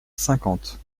cinquante